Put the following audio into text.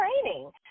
training